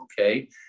okay